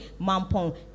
Mampong